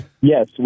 Yes